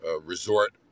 resort